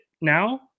now